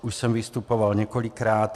Už jsem vystupoval několikrát.